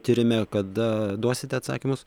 tyrime kada duosite atsakymus